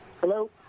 Hello